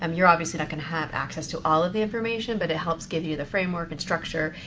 um you're obviously not going to have access to all of the information, but it helps give you the framework, and structure,